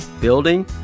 building